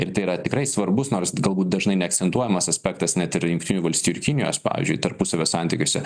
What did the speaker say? ir tai yra tikrai svarbus nors galbūt dažnai neakcentuojamas aspektas net ir jungtinių valstijų ir kinijos pavyzdžiui tarpusavio santykiuose